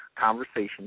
conversation